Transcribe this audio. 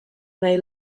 may